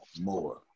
More